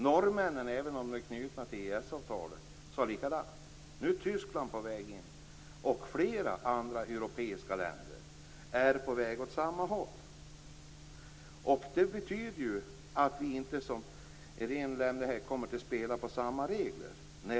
Norrmännen, som är knutna till EES-avtalet, sade likadant. Nu är Tyskland och flera andra europeiska länder på väg åt samma håll. Det betyder ju att vi inte kommer att spela med samma regler.